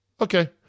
Okay